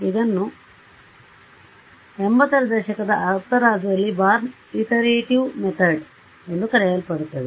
ಇದನನ್ನು 80 ರ ದಶಕದ ಉತ್ತರಾರ್ಧದಲ್ಲಿ ಬಾರ್ನ್ ಇಟರೇಟಿವ್ ಮೆಥಡ್ಎಂದು ಕರೆಯಲ್ಪಡುತ್ತದೆ